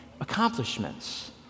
accomplishments